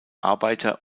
arbeiter